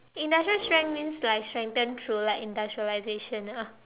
industrial strength means like strengthen through like industrialization ah